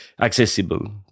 accessible